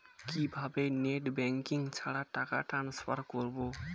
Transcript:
কিভাবে net banking ছাড়া টাকা টান্সফার করব?